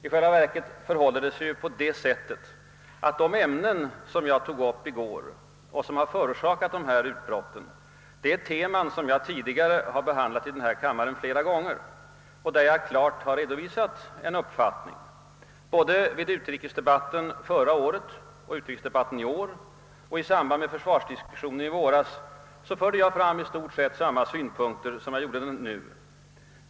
I själva verket förhåller det sig på det sättet att de ämnen som jag tog upp i går och som förorsakat dessa utbrott är teman som jag tidigare har behandlat i denna kammare flera gånger och där jag klart redovisat en uppfattning. Både vid utrikesdebatten förra året, vid utrikesdebatten i år och i samband med försvarsdiskussionen i våras förde jag fram i stort sett samma synpunkter som nu.